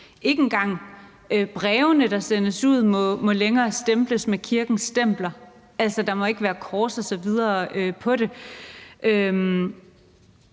ikke engang brevene, der sendes ud, må stemples med kirkens stempler længere. Altså, der må ikke være kors osv. på dem.